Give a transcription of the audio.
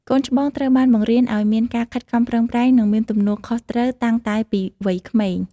កូនច្បងត្រូវបានបង្រៀនឲ្យមានការខិតខំប្រឹងប្រែង និងមានទំនួលខុសត្រូវតាំងតែពីវ័យក្មេង។